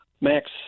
Max